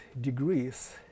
degrees